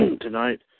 tonight